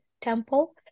temple